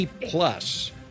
Plus